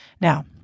Now